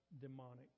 demonic